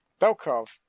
Belkov